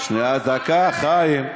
ראש הממשלה, רק שנייה, דקה, חיים.